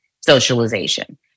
socialization